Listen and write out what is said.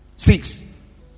Six